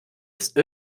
ist